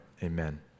Amen